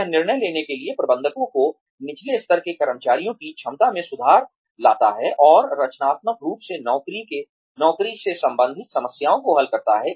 यह निर्णय लेने के लिए प्रबंधकों और निचले स्तर के कर्मचारियों की क्षमता में सुधार लाता है और रचनात्मक रूप से नौकरी से संबंधित समस्याओं को हल करता है